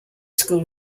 school